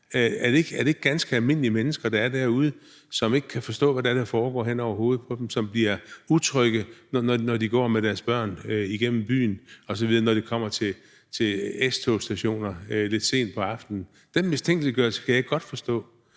Er det ikke ganske almindelige mennesker, der er derude, som ikke kan forstå, hvad der foregår hen over hovedet på dem, og som bliver utrygge, når de går med deres børn igennem byen, og når de kommer til S-togsstationer lidt sent på aftenen? Den mistænkeliggørelse kan jeg godt forstå.